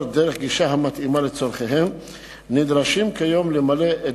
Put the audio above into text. דרך גישה המתאימה לצורכיהם נדרשים כיום למלא את